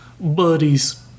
Buddies